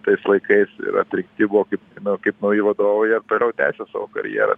tais laikais ir atrinkti buvo kaip nu kaip nauji vadovai jie ir toliau tęsia savo karjerą